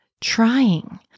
trying